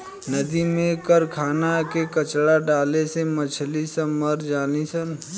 नदी में कारखाना के कचड़ा डाले से मछली सब मर जली सन